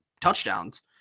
touchdowns